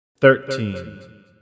Thirteen